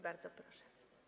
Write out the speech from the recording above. Bardzo proszę.